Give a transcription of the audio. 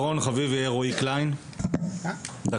אני